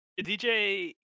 DJ